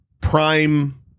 prime